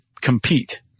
compete